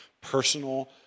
personal